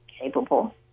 capable